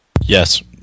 Yes